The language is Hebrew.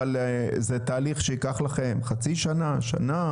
אבל זה תהליך שייקח לכם חצי שנה-שנה?